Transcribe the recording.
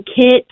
kit